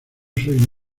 soy